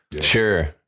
Sure